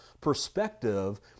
perspective